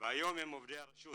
והיום הם עובדי הרשות